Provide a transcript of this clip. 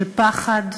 של פחד,